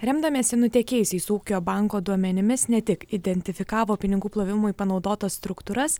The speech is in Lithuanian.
remdamiesi nutekėjusiais ūkio banko duomenimis ne tik identifikavo pinigų plovimui panaudotas struktūras